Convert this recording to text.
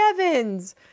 Evans